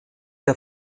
der